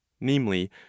namely